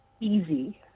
easy